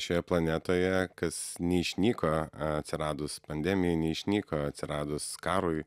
šioje planetoje kas neišnyko atsiradus pandemijai neišnyko atsiradus karui